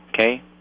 okay